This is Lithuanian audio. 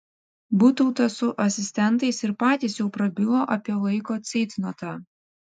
butautas su asistentais ir patys jau prabilo apie laiko ceitnotą